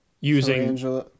using